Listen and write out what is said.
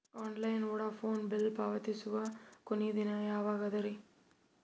Online Vodafone bill ಪಾವತಿಸುವ ಕೊನಿ ದಿನ ಯವಾಗ ಅದ?